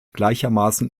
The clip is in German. gleichermaßen